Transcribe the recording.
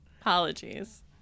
Apologies